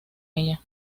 ella